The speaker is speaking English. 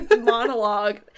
Monologue